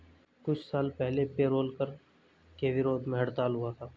कुछ साल पहले पेरोल कर के विरोध में हड़ताल हुआ था